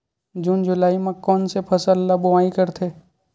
जून जुलाई म कोन कौन से फसल ल बोआई करथे?